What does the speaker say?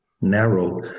narrow